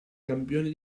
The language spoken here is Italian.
campione